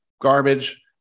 garbage